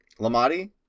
Lamati